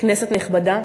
כנסת נכבדה,